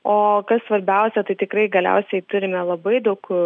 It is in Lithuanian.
o kas svarbiausia tai tikrai galiausiai turime labai daug